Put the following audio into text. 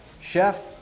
Chef